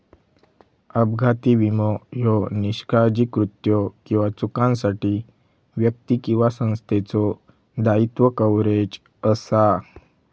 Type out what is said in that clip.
अपघाती विमो ह्यो निष्काळजी कृत्यो किंवा चुकांसाठी व्यक्ती किंवा संस्थेचो दायित्व कव्हरेज असा